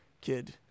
kid